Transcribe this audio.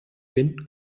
bin